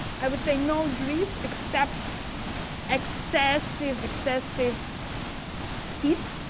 i would say no drift except excessive excessive heat.